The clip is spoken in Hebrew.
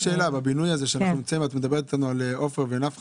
את מדברת על עופר ונפחא